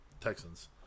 Texans